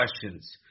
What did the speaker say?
questions